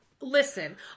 Listen